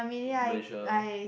malaysia